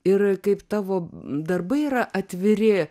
ir kaip tavo darbai yra atviri